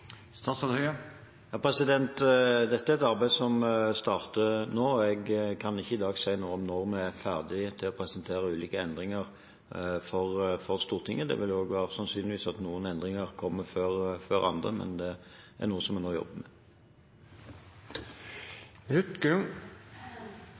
Dette er et arbeid som starter nå, og jeg kan ikke i dag si noe om når vi er ferdige til å presentere ulike endringer for Stortinget. Sannsynligvis vil det være slik at noen endringer kommer før andre, men det er noe som en nå jobber med.